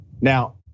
Now